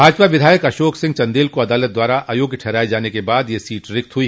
भाजपा विधायक अशोक सिंह चन्देल को अदालत द्वारा आयोग्य ठहराये जाने के बाद यह सीट रिक्त हुई